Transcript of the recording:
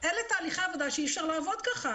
אלה תהליכי עבודה שאי אפשר לעבוד ככה.